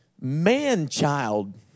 man-child